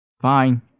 Fine